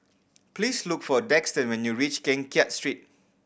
please look for Daxton when you reach Keng Kiat Street